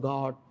God